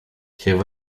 have